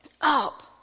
up